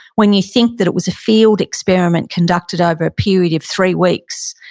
when you think that it was a field experiment conducted over a period of three weeks,